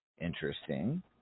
Interesting